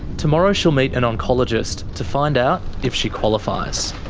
tomorrow, she'll meet an oncologist to find out if she qualifies.